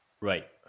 Right